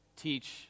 teach